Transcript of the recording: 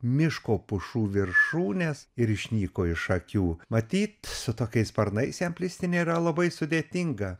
miško pušų viršūnes ir išnyko iš akių matyt su tokiais sparnais jam plisti nėra labai sudėtinga